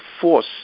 force